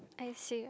I see